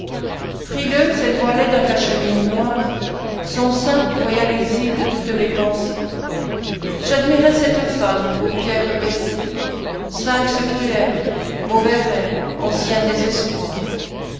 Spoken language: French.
frileuse elle voilait d'un cachemire noir son sein royal exil de toutes mes pensées j'admirais cette femme aux paupières baissées sphynx cruel mauvais rêve ancien désespoir